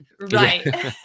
right